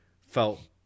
felt